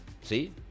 See